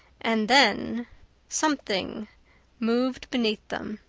and then something moved beneath them,